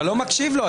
אתה לא מקשיב לו,